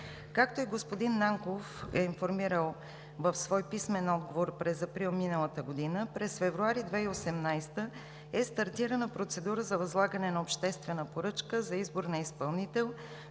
Както и господин Нанков е информирал в свой писмен отговор през април миналата година, през февруари 2018 г. е стартирана процедура за възлагане на обществена поръчка за избор на изпълнител